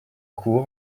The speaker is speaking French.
cour